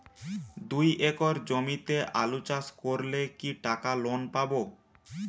দুই একর জমিতে আলু চাষ করলে কি টাকা লোন পাবো?